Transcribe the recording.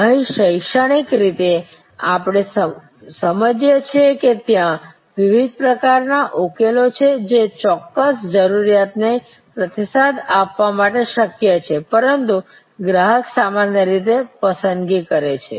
અહીં શૈક્ષણિક રીતે આપણે સમજીએ છીએ કે ત્યાં વિવિધ પ્રકારના ઉકેલો છે જે ચોક્કસ જરૂરિયાતને પ્રતિસાદ આપવા માટે શક્ય છે પરંતુ ગ્રાહક સામાન્ય રીતે પસંદગી કરે છે